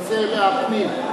בנושא הפנים,